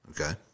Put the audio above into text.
Okay